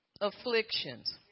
afflictions